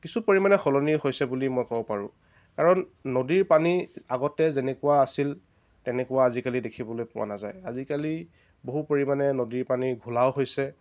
কিছু পৰিমাণে সলনি হৈছে বুলি মই ক'ব পাৰোঁ কাৰণ নদীৰ পানী আগতে যেনেকুৱা আছিল তেনেকুৱা আজিকালি দেখিবলৈ পোৱা নাযায় আজিকালি বহু পৰিমাণে নদীৰ পানী ঘোলাও হৈছে